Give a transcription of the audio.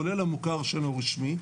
כולל המוכר שאינו רשמי,